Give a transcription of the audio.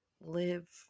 live